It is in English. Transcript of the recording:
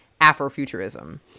Afrofuturism